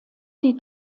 die